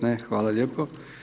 Ne, hvala lijepo.